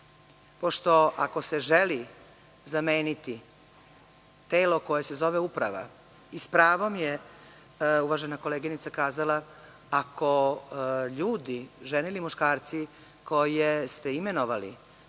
Pošto, ako se želi zameniti telo koje se zove uprava, i s pravom je uvažena koleginica kazala, ako ljudi, žene ili muškarci koje ste imenovali,